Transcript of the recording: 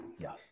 yes